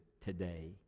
today